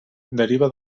deriva